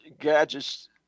gadgets